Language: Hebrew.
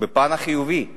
בפן החיובי בעולם,